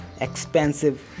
expensive